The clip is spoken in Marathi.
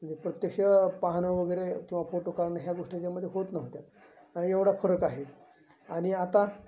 म्हणजे प्रत्यक्ष पाहणं वगैरे किंवा फोटो काढणं ह्या गोष्टीच्यामध्ये होत नव्हत्या आणि एवढा फरक आहे आणि आता